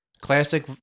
Classic